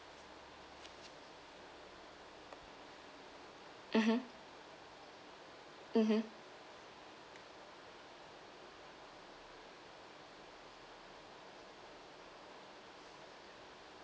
mmhmm mmhmm